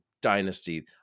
dynasty